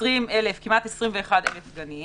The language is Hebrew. כמעט 21,000 גנים